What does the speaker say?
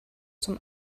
zum